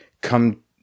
come